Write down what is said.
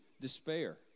despair